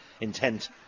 intent